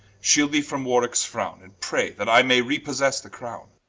sheeld thee from warwickes frowne, and pray that i may re-possesse the crowne.